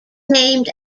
named